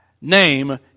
name